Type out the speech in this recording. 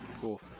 Cool